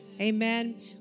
Amen